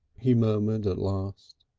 he murmured at last.